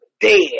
dead